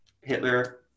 Hitler